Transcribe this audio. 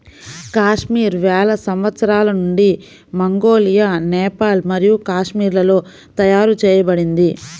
కాశ్మీర్ వేల సంవత్సరాల నుండి మంగోలియా, నేపాల్ మరియు కాశ్మీర్లలో తయారు చేయబడింది